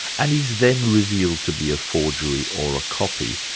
and is then revealed to be a forgery or a copy,